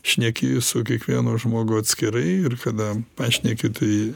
šneki su kiekvienu žmogu atskirai ir kada pašneki tai